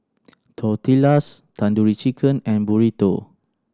Tortillas Tandoori Chicken and Burrito